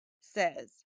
says